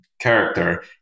character